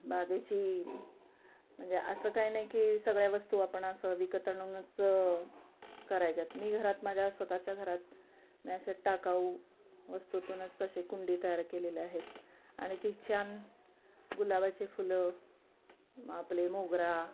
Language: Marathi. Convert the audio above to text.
बागेची म्हणजे असं काय नाही की सगळ्या वस्तू आपण असं विकत आणूनच करायच्या आहेत मी घरात माझ्या स्वतःच्या घरात मी असे टाकाऊ वस्तुतूनच असे कुंडी तयार केलेले आहेत आणि ती छान गुलाबाचे फुलं आपले मोगरा